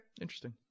interesting